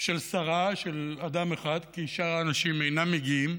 של שרה, של אדם אחד, כי שאר האנשים אינם מגיעים,